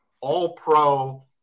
all-pro